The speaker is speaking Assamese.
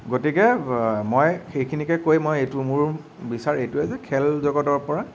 গতিকে মই এইখিনিকে কৈ মই এইটো মোৰ বিচাৰ এইটোৱে যে খেল জগতৰপৰা